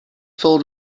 filled